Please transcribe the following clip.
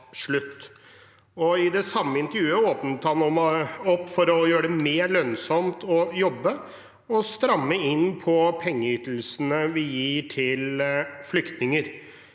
I det samme intervjuet åpnet han opp for å gjøre det mer lønnsomt å jobbe, og stramme inn på pengeytelsene vi gir til flyktninger.